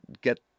get